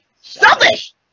selfish